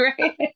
right